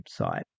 website